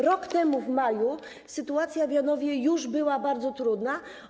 Rok temu, w maju, sytuacja w Janowie już była bardzo trudna.